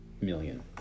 million